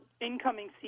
incoming